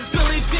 Billy